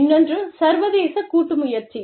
இன்னொன்று சர்வதேச கூட்டு முயற்சி